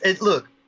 look